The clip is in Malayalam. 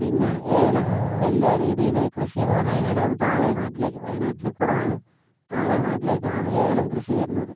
പിന്നെ ഏലം വലിയ രീതിയിൽ കൃഷിയെന്ന് പറഞ്ഞു കഴിഞ്ഞാൽ അത് താഴെ നാട്ടിലേക്ക് വയനാട്ടിൽ കുറവാണ് താഴെ നാട്ടിലേക്കാണ് ഏലം കൃഷി വരുന്നത്